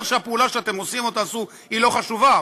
שהפעולה שאתם עושים או תעשו היא לא חשובה.